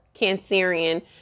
Cancerian